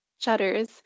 shutters